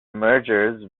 mergers